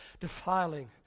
defiling